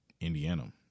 Indiana